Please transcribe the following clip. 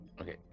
Okay